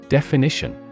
Definition